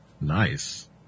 Nice